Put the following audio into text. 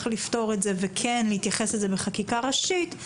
לפתור את זה וכן להתייחס לזה בחקיקה ראשית,